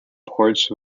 porch